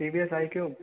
ठीक है थैंक यु